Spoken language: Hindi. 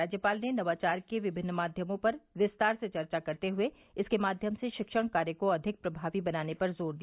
राज्यपाल ने नवाचार के विभिन्न माध्यमों पर विस्तार से चर्चा करते हुए इसके माध्यम से शिक्षण कार्य को अधिक प्रभावी बनाने पर जोर दिया